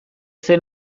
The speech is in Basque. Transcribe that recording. zen